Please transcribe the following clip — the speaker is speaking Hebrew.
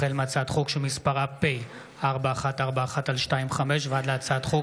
החל בהצעת חוק פ/4141/25 וכלה בהצעת חוק